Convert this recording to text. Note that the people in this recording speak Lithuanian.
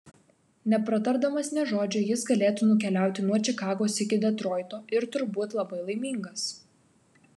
nepratardamas nė žodžio jis galėtų nukeliauti nuo čikagos iki detroito ir turbūt labai laimingas